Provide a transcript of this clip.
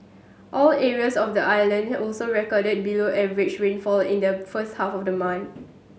all areas of the island also recorded below average rainfall in the first half of the month